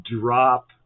drop